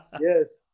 Yes